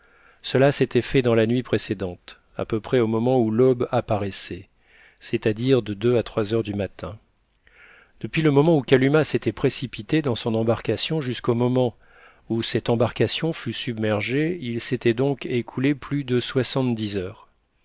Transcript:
cela s'était fait dans la nuit précédente à peu près au moment où l'aube apparaissait c'est-à-dire de deux à trois heures du matin depuis le moment où kalumah s'était précipitée dans son embarcation jusqu'au moment où cette embarcation fut submergée il s'était donc écoulé plus de soixante-dix heures